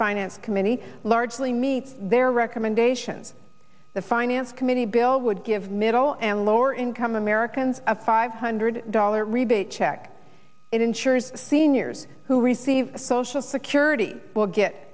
finance committee largely meets their recommendations the finance committee bill would give middle and lower income americans a five hundred dollars rebate check it ensures seniors who receive social security will get